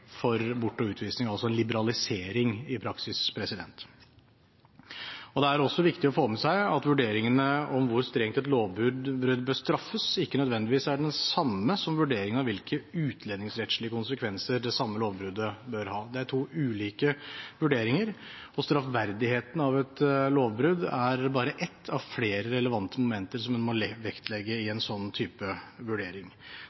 for bortvisning og utvisning – i praksis en liberalisering. Det er også viktig å få med seg at vurderingen av hvor strengt et lovbrudd bør straffes, ikke nødvendigvis er den samme som vurderingen av hvilke utlendingsrettslige konsekvenser det samme lovbruddet bør ha. Det er to ulike vurderinger. Straffverdigheten av et lovbrudd er bare et av flere relevante momenter som en må vektlegge i en sånn vurdering.